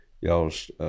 y'all's